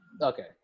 Okay